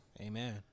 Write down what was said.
Amen